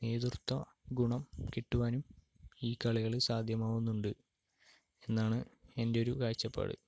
നേതൃത്വഗുണം കിട്ടുവാനും ഈ കളികൾ സാധ്യമാകുന്നുണ്ട് എന്നാണ് എൻ്റെ ഒരു കാഴ്ചപ്പാട്